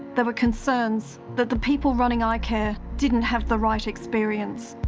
there were concerns that the people running ah icare didn't have the right experience.